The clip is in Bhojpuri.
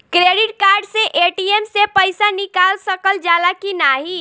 क्रेडिट कार्ड से ए.टी.एम से पइसा निकाल सकल जाला की नाहीं?